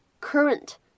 current